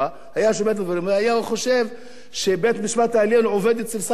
היה שומע את הדברים והיה חושב שבית-המשפט העליון עובד אצל שר החוץ